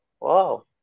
Wow